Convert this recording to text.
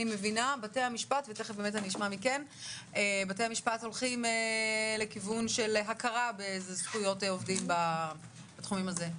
מבינה בתי המשפט הולכים לכיוון של הכרה בזכויות עובדים בתחום הזה.